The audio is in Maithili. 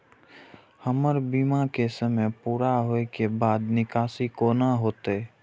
हमर बीमा के समय पुरा होय के बाद निकासी कोना हेतै?